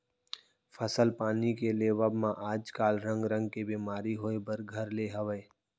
फसल पानी के लेवब म आज काल रंग रंग के बेमारी होय बर घर ले हवय